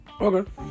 Okay